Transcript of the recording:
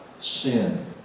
sin